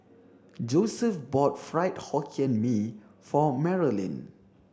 Joeseph bought fried hokkien mee for Marilynn